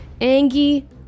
Angie